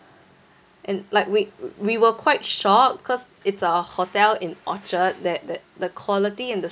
and like we we were quite shocked cause it's a hotel in orchard that that the quality and the